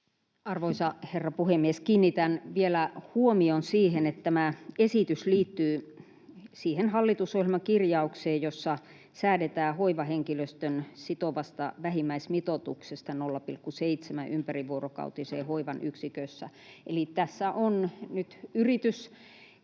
Arvoisa herra puhemies! Kiinnitän vielä huomion siihen, että tämä esitys liittyy siihen hallitusohjelmakirjaukseen, jossa säädetään hoivahenkilöstön sitovasta vähimmäismitoituksesta 0,7 ympärivuorokautisen hoivan yksikössä. Eli tässä on nyt yritys